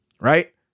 right